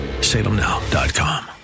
salemnow.com